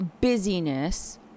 busyness